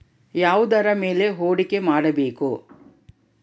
ಯಾವುದರ ಮೇಲೆ ಹೂಡಿಕೆ ಮಾಡಬೇಕು?